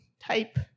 type